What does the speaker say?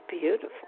beautiful